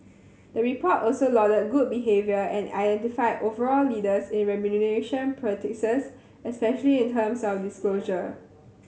the report also lauded good behaviour and identified overall leaders in remuneration practices especially in terms of disclosure